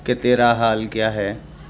کہ تیرا حال کیا ہے